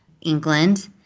England